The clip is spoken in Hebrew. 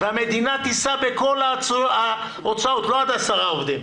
והמדינה תישא בכל ההוצאות לא עד עשרה עובדים,